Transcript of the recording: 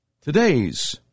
Today's